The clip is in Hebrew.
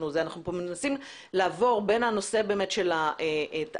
אנחנו מנסים לעבור בין הנושא של התנאים